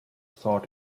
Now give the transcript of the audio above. sought